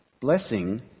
blessing